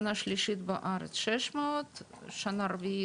שנה שלישית בארץ, מחודש 24: